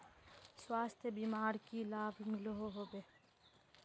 स्वास्थ्य बीमार की की लाभ मिलोहो होबे?